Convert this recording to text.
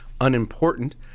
unimportant